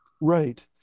Right